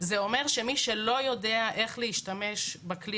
זה אומר שמי שלא יודע איך להשתמש בכלי